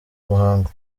muhango